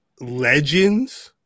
legends